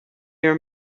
your